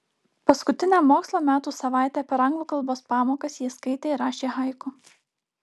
paskutinę mokslo metų savaitę per anglų kalbos pamokas jie skaitė ir rašė haiku